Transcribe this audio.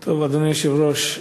טוב, אדוני היושב-ראש,